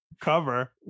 cover